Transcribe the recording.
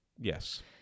Yes